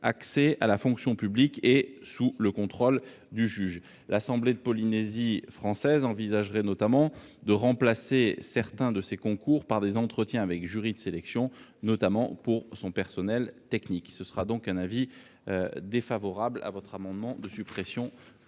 accès à la fonction publique et sous le contrôle du juge. L'assemblée de la Polynésie française envisagerait notamment de remplacer certains de ses concours par des entretiens avec jury de sélection, notamment pour son personnel technique. La commission est donc défavorable à cet amendement de suppression de